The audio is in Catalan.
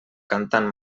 cantant